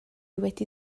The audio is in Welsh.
wedi